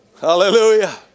Hallelujah